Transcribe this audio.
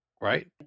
right